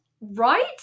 Right